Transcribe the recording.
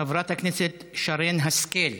חברת הכנסת שרן השכל,